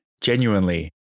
genuinely